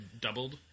doubled